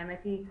האמת היא,